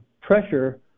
pressure